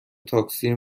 تاکسی